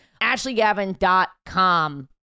AshleyGavin.com